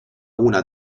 una